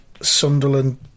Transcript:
Sunderland